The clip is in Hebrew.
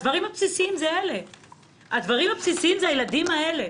הדברים הבסיסיים הם הילדים האלה.